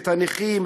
את הנכים,